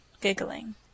giggling